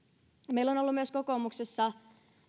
meillä on ollut kokoomuksessa myös